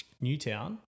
Newtown